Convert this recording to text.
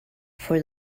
for